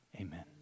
amen